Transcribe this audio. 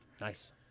Nice